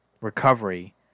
recovery